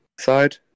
side